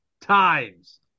times